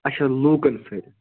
اَچھا لوٗکن سٍتۍ